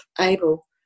able